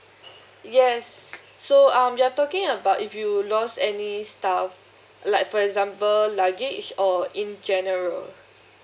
yes so um you're talking about if you lost any stuff like for example luggage or in general